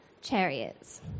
chariots